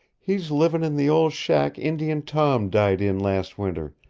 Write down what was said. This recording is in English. he's livin' in the old shack indian tom died in last winter,